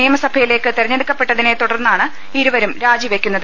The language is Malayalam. നിയമസഭയിലേക്ക് തെരഞ്ഞെടുക്കപ്പെട്ടതിനെ തുടർന്നാണ് ഇരു വരും രാജിവെയ്ക്കുന്നത്